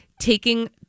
taking